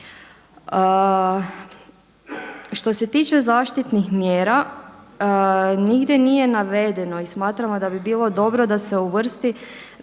Što se tiče zaštitnih mjera nigdje nije navedeno i smatramo da bi bilo dobro da se uvrsti